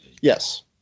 Yes